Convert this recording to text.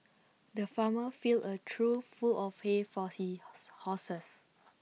the farmer filled A trough full of hay for she horse horses